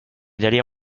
d’aller